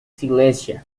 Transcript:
silesia